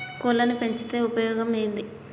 కోళ్లని పెంచితే ఉపయోగం ఏంది?